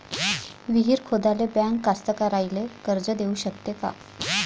विहीर खोदाले बँक कास्तकाराइले कर्ज देऊ शकते का?